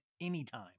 anytime